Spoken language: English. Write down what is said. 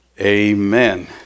Amen